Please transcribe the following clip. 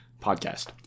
podcast